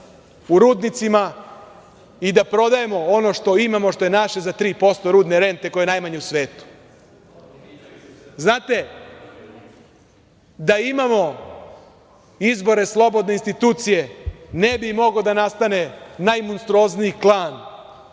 u rudnicima i da prodajemo ono što imamo, što je naše za 3% rudne rente koja je najmanja u svetu. Znate, da imamo izbore slobodne institucije ne bi mogao da nastane najmonstruozniji klan,